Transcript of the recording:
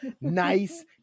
nice